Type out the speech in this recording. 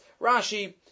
Rashi